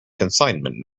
consignment